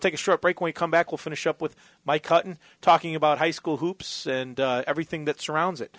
take a short break we come back we'll finish up with my cousin talking about high school hoops and everything that surrounds it